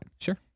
Sure